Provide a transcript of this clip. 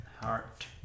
Heart